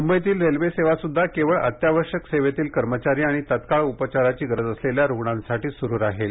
मुंबईतील रेल्वे सेवासुद्धा केवळ अत्यावश्यक सेवेतील कर्मचारी आणि तत्काळ उपचाराची गरज असलेल्या रुग्णांसाठीच सुरु राहील